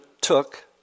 took